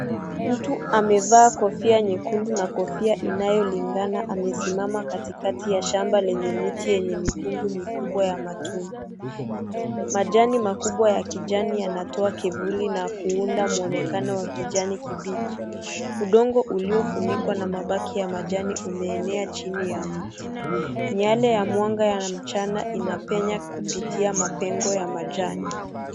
Mtu amevaa kofia nyekundu na kofia anayolingana amesima katikati ya shamba lenye mikungu yenye miti mikubwa ya matunda. Majani makubwa ya kijani yanatoa kivuli na kuunda mwonekano wa kijani kibichi. udongo uliofunikwa na mabaki ya majani umeenea chini ya mti. Miale ya mwanga ya mchana inapenya kupitia mapengo ya majani.